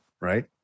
right